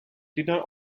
dinner